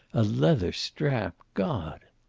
a leather strap! god!